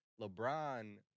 LeBron